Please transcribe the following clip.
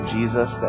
Jesus